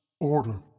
order